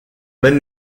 même